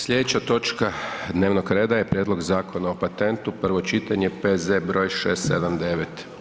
Slijedeća točka dnevnog reda je: - Prijedlog Zakona o patentu, prvo čitanje, P.Z.E. broj 679.